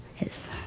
Yes